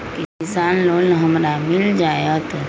किसान लोन हमरा मिल जायत?